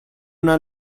una